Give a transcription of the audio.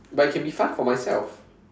but it can be fun for myself